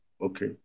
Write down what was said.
okay